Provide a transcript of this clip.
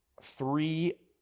three